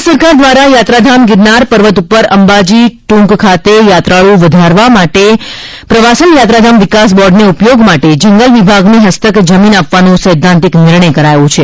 રાજ્ય સરકાર દ્વારા યાત્રાધામ ગીરનાર પર્વત પર અંબાજી ટ્રંક ખાતે યાત્રાળ્ વધારવા માટે પ્રવાસન યાત્રાધામ વિકાસ બોર્ડને ઉપયોગ માટે જંગલ વિભાગની હસ્તક જમીન આપવાનો સૈદ્ધાંતિકિ નિર્ણય કરાયો છે